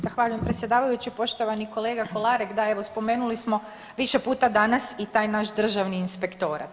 Zahvaljujem predsjedavajući, poštovani kolega Kolarek, da, evo, spomenuli smo više puta danas i taj naš Državni inspektorat.